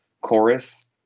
chorus